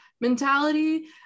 mentality